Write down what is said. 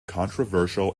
controversial